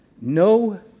no